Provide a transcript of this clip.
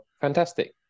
fantastic